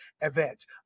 events